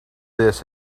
this